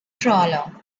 trawler